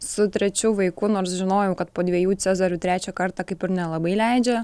su trečiu vaiku nors žinojau kad po dvejų cezarių trečią kartą kaip ir nelabai leidžia